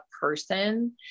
person